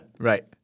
Right